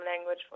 language